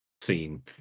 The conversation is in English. scene